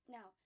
Now